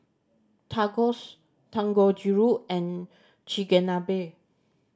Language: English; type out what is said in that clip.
Tacos Dangojiru and Chigenabe